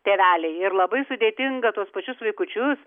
tėveliai ir labai sudėtinga tuos pačius vaikučius